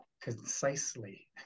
concisely